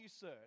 sir